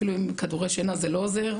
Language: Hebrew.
אפילו עם כדורי שינה זה לא עוזר,